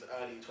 early